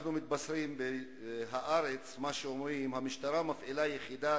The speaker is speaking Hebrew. אנחנו מתבשרים ב"הארץ" שהמשטרה מפעילה יחידת